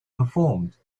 performed